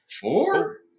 Four